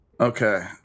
Okay